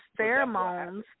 pheromones